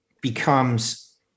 becomes